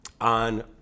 on